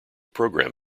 program